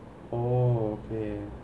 oh okay